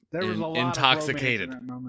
intoxicated